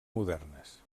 modernes